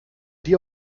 dir